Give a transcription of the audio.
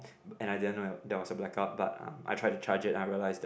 and I didn't know there was a blackout but um I tried to charge it and I realise that